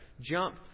jump